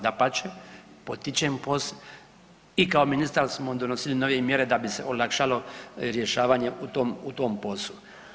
Dapače, potičem POS, i kao ministar smo donosili nove mjere da bi se olakšalo rješavalo u tom POS-u.